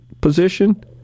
position